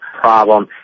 problem